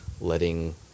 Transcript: letting